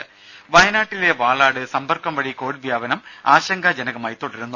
ദരദ വയനാട്ടിലെ വാളാട് സമ്പർക്കം വഴി കൊവിഡ് വ്യാപനം ആശങ്കജനകമായി തുടരുന്നു